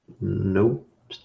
Nope